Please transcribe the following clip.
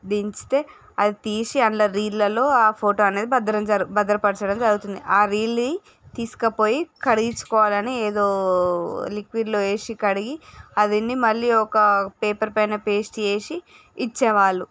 దించితే ఆది తీసి అందులో రీలల్లో ఆ ఫోటో అనేది భద్రపరచడం జరుగుతుంది ఆ రీల్ని తీసుకుపోయి కడిగించుకోవాలని ఏదో లిక్విడ్లో వేసి కడిగి అవన్నీ మళ్లీ ఒక పేపర్ పైన పేస్ట్ చేసి ఇచ్చేవాళ్ళు